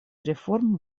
реформ